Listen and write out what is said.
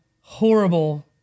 horrible